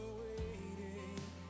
waiting